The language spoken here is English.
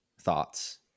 thoughts